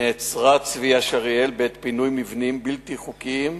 נעצרה צביה שריאל בעת פינוי מבנים בלתי חוקיים